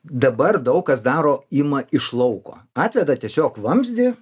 dabar daug kas daro ima iš lauko atveda tiesiog vamzdį